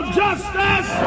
justice